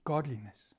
Godliness